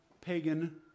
pagan